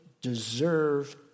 deserve